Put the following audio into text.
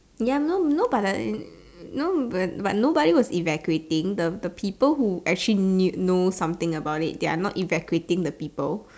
ya no but like no but no one was evacuating the the people who actually knew know something about it they were not evacuating the people